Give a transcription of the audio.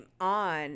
on